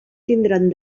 tindran